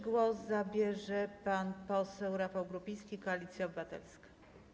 Głos zabierze pan poseł Rafał Grupiński, Koalicja Obywatelska.